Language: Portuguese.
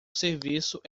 serviço